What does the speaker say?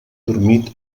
dormit